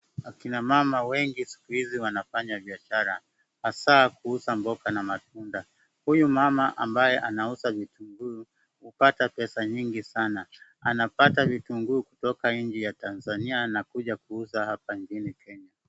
Akina mama wengi siku hizi wanafanya biashara, hasa kuuza mboga na matunda. Huyu mama ambaye anauza vitunguu hupata pesa nyingi sana. Anapata vitunguu kutoka nchi ya Tanzania, anakuja kuuza hapa nchini Kenya.